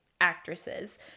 actresses